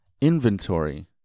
inventory